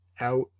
out